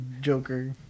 Joker